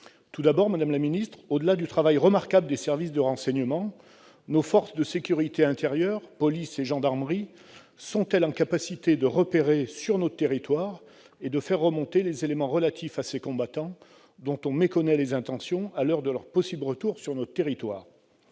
ou l'Europe. Madame la ministre, au-delà du travail remarquable accompli par les services de renseignement, nos forces de sécurité intérieure, police et gendarmerie, sont-elles en mesure de découvrir et de faire remonter des éléments relatifs à ces combattants, dont on méconnaît les intentions à l'heure de leur possible retour sur notre territoire ?